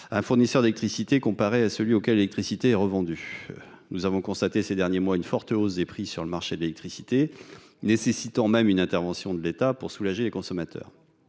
un fournisseur d’électricité et celui auquel l’électricité est revendue. Nous avons constaté ces derniers mois une forte hausse des prix sur le marché de l’électricité, nécessitant même une intervention de l’État pour soulager les consommateurs.